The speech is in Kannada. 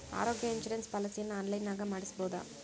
ಆರೋಗ್ಯ ಇನ್ಸುರೆನ್ಸ್ ಪಾಲಿಸಿಯನ್ನು ಆನ್ಲೈನಿನಾಗ ಮಾಡಿಸ್ಬೋದ?